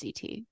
CT